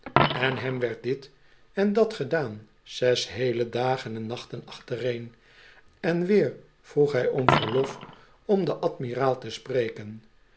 en hem werd dit en dat gedaan zes heele dagen en nachten achtereen en weer vroeg hij om verlof om den admiraal te spreken